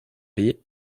payer